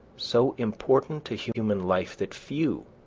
so important to human life that few,